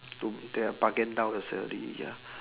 to bargain down the salary ya